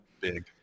Big